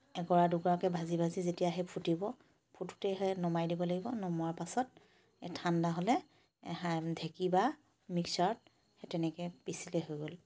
একৰা দুকৰাকৈ ভাজি ভাজি যেতিয়া সেই ফুটিব ফুটোতে সেই নমাই দিব লাগিব নমোৱাৰ পাছত এই ঠাণ্ডা হ'লে ঢেকী বা মিক্সাৰত সেই তেনেকৈ পিচিলেই হৈ গ'ল